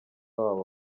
wabo